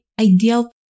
ideal